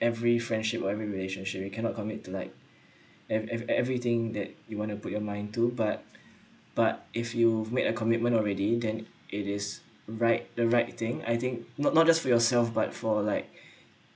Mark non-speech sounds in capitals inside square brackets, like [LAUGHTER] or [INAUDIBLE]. every friendship or every relationship we cannot commit to like [BREATH] ev~ ev~ everything that you want to put your mind to but but if you've made a commitment already then it is right the right thing I think not not just for yourself but for like